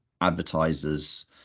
advertisers